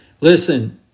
Listen